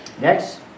next